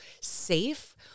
safe